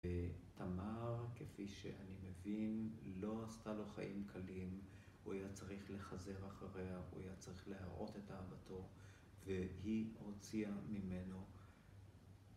ותמר, כפי שאני מבין, לא עשתה לו חיים קלים. הוא היה צריך לחזר אחריה, הוא היה צריך להראות את אהבתו, והיא הוציאה ממנו.